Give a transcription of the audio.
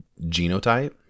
genotype